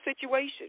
situation